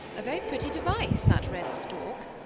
a very pretty device that red stork!